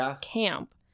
camp